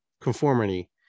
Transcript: conformity